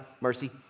Mercy